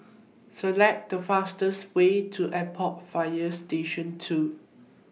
Select The fastest Way to Airport Fire Station two